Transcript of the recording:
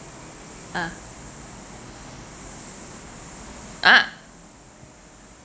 ah !huh!